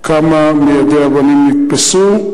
3. כמה מיידי אבנים נתפסו?